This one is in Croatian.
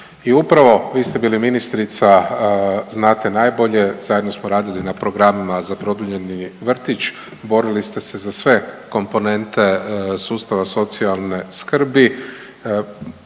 I upravo vi ste bila ministrica, znate najbolje, zajedno smo radili na programima za produljeni vrtić. Borili ste se za sve komponente sustava socijalne skrbi.